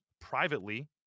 privately